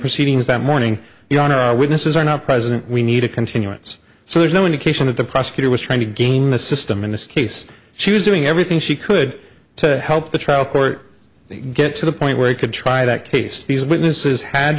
proceedings that morning your honor our witnesses are not president we need a continuance so there's no indication that the prosecutor was trying to game the system in this case she was doing everything she could to help the trial court get to the point where you could try that case these